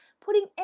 Putting